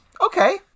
Okay